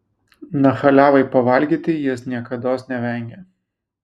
nachaliavai pavalgyti jis niekados nevengia